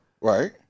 Right